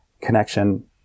connection